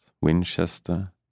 Winchester